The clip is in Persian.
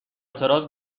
اعتراض